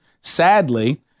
sadly